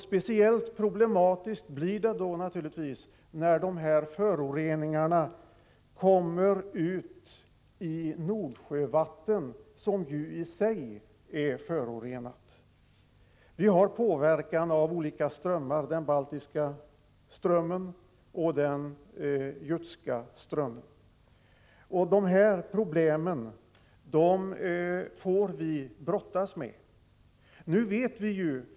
Speciellt problematiskt blir det naturligtvis när föroreningarna kommer ut i Nordsjövattnet, som i sig är förorenat. Vi har påverkan av olika strömmar, den baltiska strömmen och den jutska strömmen. Dessa problem får vi brottas med.